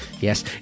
yes